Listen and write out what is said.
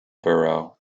borough